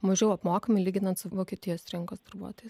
mažiau apmokami lyginant su vokietijos rinkos darbuotojais